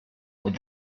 with